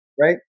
Right